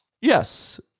Yes